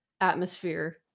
atmosphere